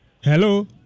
Hello